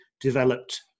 developed